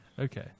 Okay